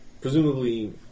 presumably